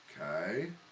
Okay